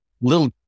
little